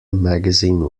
magazine